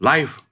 Life